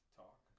talk